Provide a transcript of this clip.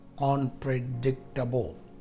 unpredictable